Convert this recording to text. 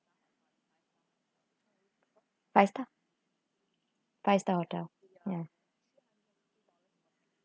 five star five star hotel ya